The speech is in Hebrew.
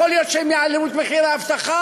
יכול להיות שהם יעלו את מחיר האבטחה.